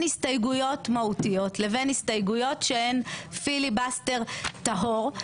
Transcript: הסתייגויות מהותיות לבין הסתייגויות שהן פיליבסטר טהור,